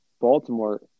Baltimore